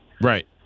Right